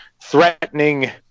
threatening